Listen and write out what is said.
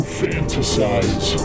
fantasize